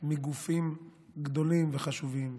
מגופים גדולים וחשובים,